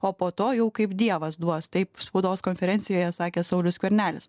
o po to jau kaip dievas duos taip spaudos konferencijoje sakė saulius skvernelis